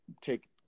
take